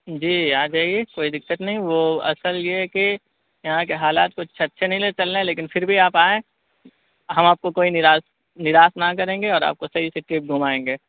جی آ جائیے کوئی دقت نہیں وہ اصل یہ ہے کہ یہاں کے حالات کچھ اچھے نہیں چل رہے ہیں لیکن پھر بھی آپ آئیں ہم آپ کو کوئی نراش نراش نہ کریں گے اور آپ کو صحیح سے ٹرپ گھمائیں گے